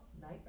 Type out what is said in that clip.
Night